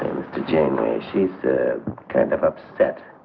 jane she said kind of upset.